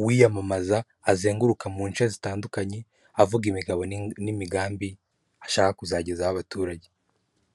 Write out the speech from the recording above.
uwiyamamaza azenguruka mu nce zitandukanye avuga imigabo n'imigambi ashaka kuzagezaho abaturage.